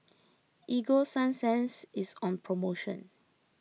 Ego Sunsense is on promotion